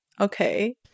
Okay